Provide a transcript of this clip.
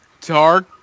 dark